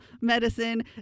medicine